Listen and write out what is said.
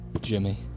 Jimmy